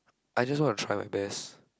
I just want to try my best